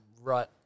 right